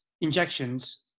injections